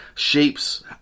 Shapes